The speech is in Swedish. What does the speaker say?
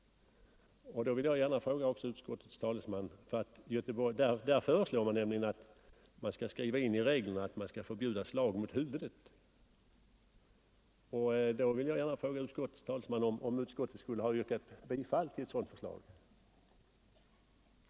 Den remissinstansen anser att det bör skrivas in i reglerna att slag mot huvudet är förbjudna. Jag vill fråga utskottets talesman om utskottet skulle ha tillstyrkt ett sådant förslag.